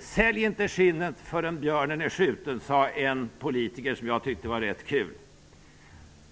Sälj inte skinnet förrän björnen är skjuten, sade en politiker som jag tyckte var rätt kul.